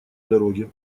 дороге